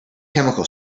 chemical